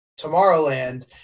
Tomorrowland